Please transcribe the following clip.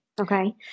Okay